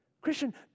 Christian